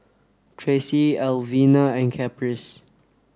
Tracie Elvina and Caprice